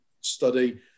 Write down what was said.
study